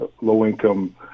low-income